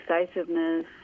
decisiveness